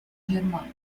germania